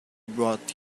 brought